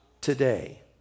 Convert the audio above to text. today